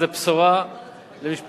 זו בשורה למשפחות